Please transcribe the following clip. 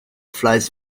flies